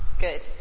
Good